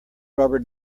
rubber